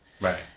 Right